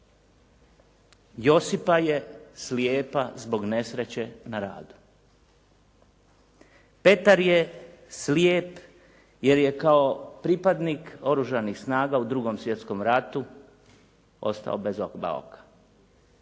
Josipa je slijepa zbog nesreće na radu. Petar je slijep jer je kao pripadnik Oružanih snaga u 2. svjetskom ratu ostao bez oba oka.